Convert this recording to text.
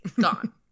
Gone